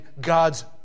God's